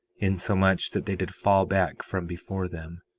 insomuch that they did fall back from before them.